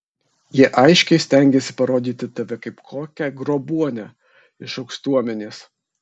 jie aiškiai stengiasi parodyti tave kaip kokią grobuonę iš aukštuomenės